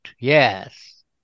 Yes